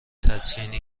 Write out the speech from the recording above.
تسکینی